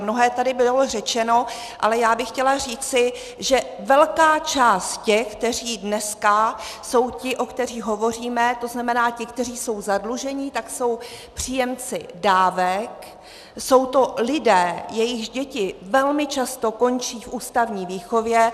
Mnohé tady bylo řečeno, ale já bych chtěla říci, že velká část těch, kteří dneska jsou ti, o kterých hovoříme, to znamená ti, kteří jsou zadluženi, jsou příjemci dávek, jsou to lidé, jejichž děti velmi často končí v ústavní výchově.